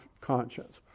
conscience